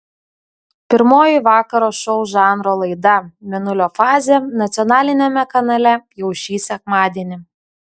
pirmoji vakaro šou žanro laida mėnulio fazė nacionaliniame kanale jau šį sekmadienį